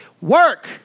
Work